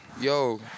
Yo